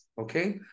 okay